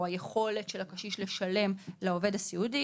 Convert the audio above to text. או היכולת של הקשיש לשלם לעובד הסיעודי,